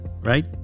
right